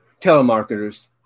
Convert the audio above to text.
Telemarketers